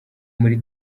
muri